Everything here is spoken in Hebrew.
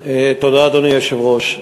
תודה, אדוני היושב-ראש.